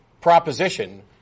proposition